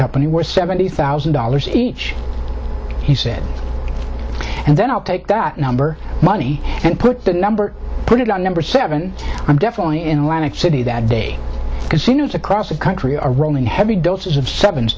company were seventy thousand dollars each he said and then i'll take that number money and put that number put it on number seven i'm definitely in atlantic city that day because he was across the country are rolling heavy doses of seven